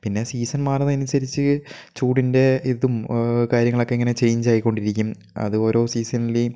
പിന്നെ സീസൺ മാറുന്നത് അനുസരിച്ച് ചൂടിൻ്റെ ഇതും കാര്യങ്ങളൊക്കെ ഇങ്ങനെ ചേഞ്ച് ആയി കൊണ്ടിരിക്കും അത് ഓരോ സീസണിലെയും